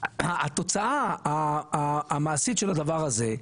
התוצאה המעשית של הדבר הזה,